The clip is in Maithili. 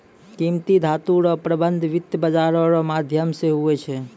कीमती धातू रो प्रबन्ध वित्त बाजारो रो माध्यम से हुवै छै